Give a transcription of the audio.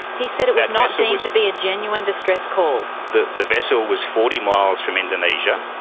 he said it was not deemed to be a genuine distress call. the the vessel was forty miles from indonesia,